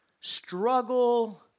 struggle